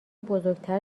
بزرگتر